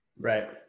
Right